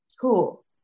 Cool